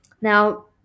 Now